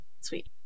Sweet